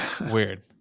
weird